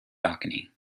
balcony